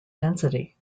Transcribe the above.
density